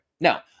Now